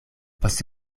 post